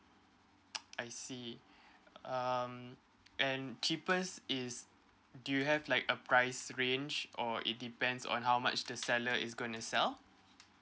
I see um and cheapest is do you have like a price range or it depends on how much the seller is gonna to sell